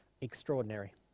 extraordinary